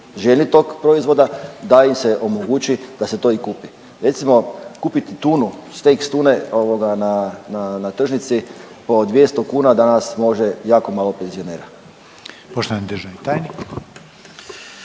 željni tog proizvoda da im se omogući da se to i kupi. Recimo kupiti tunu, stake tune na tržnici po 200 kuna danas može jako malo penzionera. **Reiner, Željko